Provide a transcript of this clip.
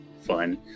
fun